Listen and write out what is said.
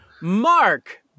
Mark